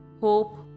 hope